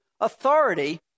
authority